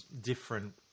different